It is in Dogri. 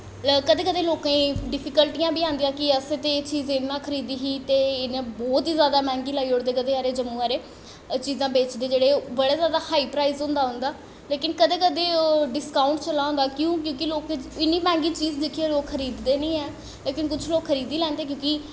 कदें कदें लोकें गी डिफिक्लटियां बी आंदियां कि अस ते चीज इ'यां खरीदी ही ते बौह्त गै मैंह्दी लाई ओड़दे कदें जम्मू आह्ले एह् चीजां बेचदे जेह्ड़े बड़ा हाई प्राईंज़ होंदा उं'दा लेकिन कदें कदें डिस्काउट चला दा होंदा क्योंकि मैंह्दी दिक्खियै लोग चीज खरीददे निं हैन लेकिन कुछ लोग खरीदी लैंदे क्योंकि